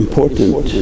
Important